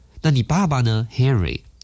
那你爸爸呢,Henry